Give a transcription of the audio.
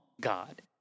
God